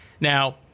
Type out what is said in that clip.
Now